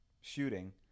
shooting